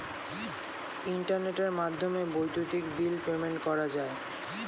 ইন্টারনেটের মাধ্যমে বৈদ্যুতিক বিল পেমেন্ট করা যায়